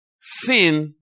sin